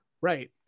right